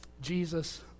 Jesus